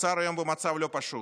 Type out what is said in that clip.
האוצר היום במצב לא פשוט,